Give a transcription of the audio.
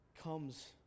comes